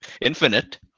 infinite